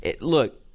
look